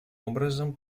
образом